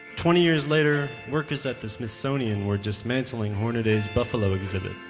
twenty years later, workers at the smithsonian were dismantling hornaday's buffalo exhibit,